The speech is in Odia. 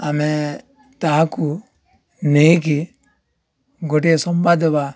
ଆମେ ତାହାକୁ ନେଇକି ଗୋଟଏ ସମ୍ବାଦ ବା